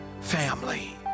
family